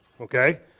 okay